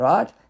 Right